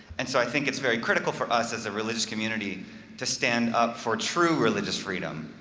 and so i think it's very critical for us as a religious community to stand up for true religious freedom.